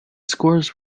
scores